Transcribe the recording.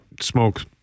smoke